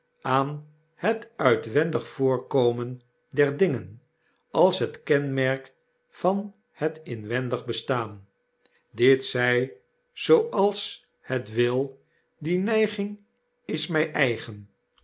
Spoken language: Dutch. aan het uitwendig voorkomen der dingen als het kenmerk van set inwendig bestaan dit zy zooals het wil die neiging is my eigen